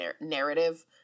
narrative